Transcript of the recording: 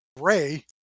ray